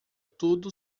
tudo